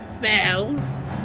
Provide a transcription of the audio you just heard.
Bells